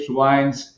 wines